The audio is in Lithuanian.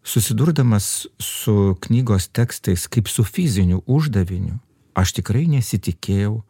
susidurdamas su knygos tekstais kaip su fiziniu uždaviniu aš tikrai nesitikėjau